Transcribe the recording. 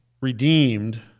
redeemed